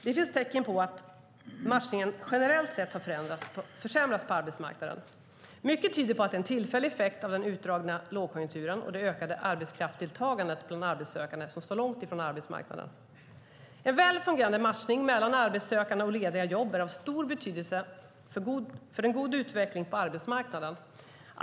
Det finns tecken på att matchningen generellt sett har försämrats på arbetsmarknaden. Mycket tyder på att det är en tillfällig effekt av den utdragna lågkonjunkturen och det ökade arbetskraftsdeltagande bland arbetssökande som står långt från arbetsmarknaden. En väl fungerande matchning mellan arbetssökande och lediga jobb är av stor betydelse för en god utveckling på arbetsmarknaden.